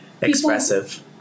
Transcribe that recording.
Expressive